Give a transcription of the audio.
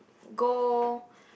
go